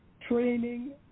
training